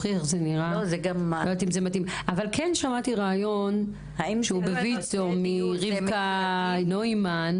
כמתאימים, אבל שמעתי רעיון מרבקה נוימן